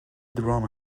درام